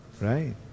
right